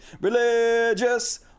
Religious